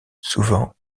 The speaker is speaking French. souvent